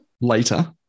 later